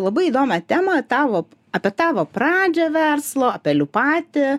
labai įdomią temą tavo apie tavo pradžią verslo apie liu paty